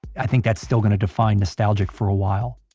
i think that's still going to define nostalgic for a while.